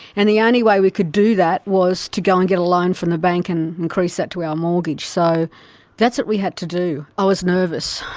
and the only way we could do that was to go and get a loan from the bank and increase that to our mortgage. so that's what we had to do. i was nervous.